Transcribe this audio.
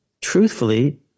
truthfully